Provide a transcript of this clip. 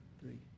three